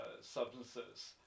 substances